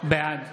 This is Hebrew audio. בעד